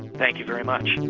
thank you very much.